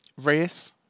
race